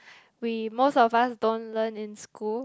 we most of us don't learn in school